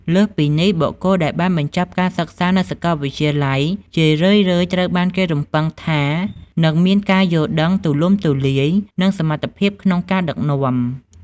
លើសពីនេះ បុគ្គលដែលបានបញ្ចប់ការសិក្សានៅសាកលវិទ្យាល័យ ជារឿយៗត្រូវបានគេរំពឹងថានឹងមានការយល់ដឹងទូលំទូលាយ និងសមត្ថភាពក្នុងការដឹកនាំ។